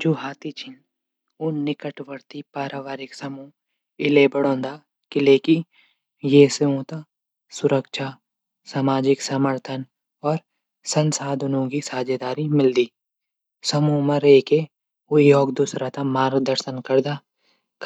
जू हाथी च उ निकटवर्ती पारिवारिक समूह इले बणौदा किलेकी ये से उंथै सुरक्षा सामाजिक समर्थन और संसाधनों की साझेदारी मिलदी। समूह मा रैकी ऊ एक दूशरू थै मार्गदर्शन करदा।